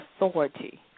authority